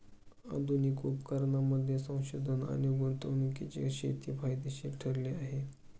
आधुनिक उपकरणांमध्ये संशोधन आणि गुंतवणुकीमुळे शेती फायदेशीर ठरली आहे